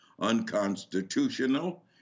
unconstitutional